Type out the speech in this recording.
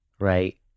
right